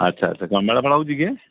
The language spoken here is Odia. ଆଚ୍ଛା ଆଚ୍ଛା